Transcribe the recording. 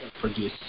produce